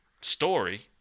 story